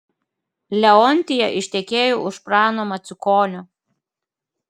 leontija ištekėjo už prano macukonio